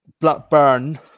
Blackburn